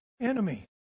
enemy